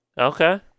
Okay